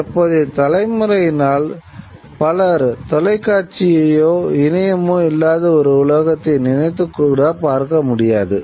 தற்போதைய தலைமுறையினரில் பலர் தொலைக்காட்சியோ இணையமோ இல்லாத ஒரு உலகத்தை நினைத்துக் கூட பார்க்க முடியாது